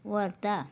व्हरता